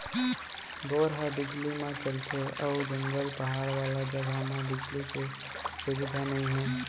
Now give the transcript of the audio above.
bore ह बिजली म चलथे अउ जंगल, पहाड़ वाला जघा म बिजली के सुबिधा नइ हे